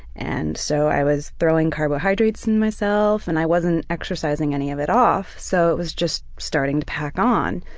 and so i was throwing carbohydrates in myself and i wasn't exercising any of it off, so it was just starting to pack on.